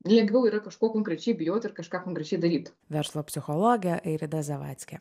lengviau yra kažko konkrečiai bijot ir kažką konkrečiai daryt verslo psichologė eirida zavadckį